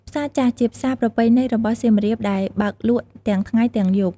ផ្សារចាស់ ជាផ្សារប្រពៃណីរបស់សៀមរាបដែលបើកលក់ទាំងថ្ងៃទាំងយប់។